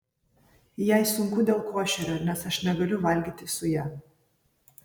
jai sunku dėl košerio nes aš negaliu valgyti su ja